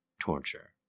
torture